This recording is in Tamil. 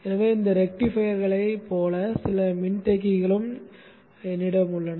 எனவே இந்த ரெக்டிஃபையர்களைப் போல சில மின்தேக்கிகளும் என்னிடம் உள்ளன